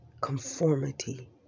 conformity